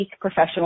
professional